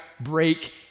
break